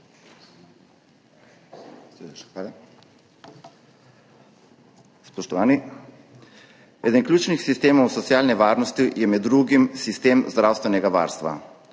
Najlepša hvala. Spoštovani! Eden ključnih sistemov socialne varnosti je med drugim sistem zdravstvenega varstva.